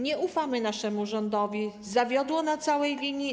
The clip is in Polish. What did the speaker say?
Nie ufamy naszemu rządowi, zawiódł na całej linii.